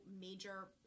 major